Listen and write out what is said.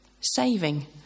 Saving